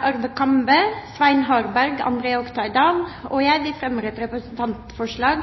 Arve Kambe, Svein Harberg, André Oktay Dahl og jeg fremmer et representantforslag